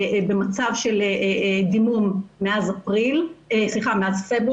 במצב של דימום מאז פברואר,